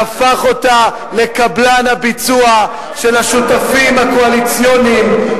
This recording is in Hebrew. והפך אותה לקבלן הביצוע של השותפים הקואליציוניים,